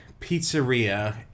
pizzeria